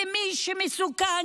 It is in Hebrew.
ומי שמסוכן,